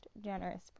generous